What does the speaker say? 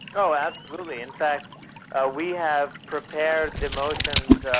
oh, absolutely. in fact ah we have prepared the motions,